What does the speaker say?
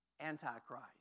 Antichrist